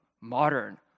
modern